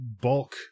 bulk